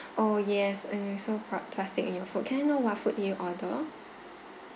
oh yes and you also pla~ plastic in your food can I know what food did you order